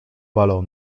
balo